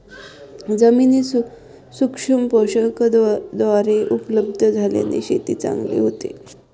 जमिनीत सूक्ष्म पोषकद्रव्ये उपलब्ध झाल्याने शेती चांगली होते